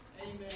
Amen